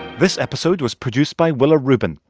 this episode was produced by willa rubin.